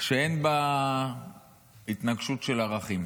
שאין בה התנגשות של ערכים,